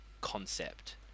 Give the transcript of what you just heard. concept